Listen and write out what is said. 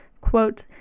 quote